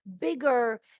bigger